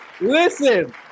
Listen